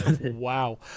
wow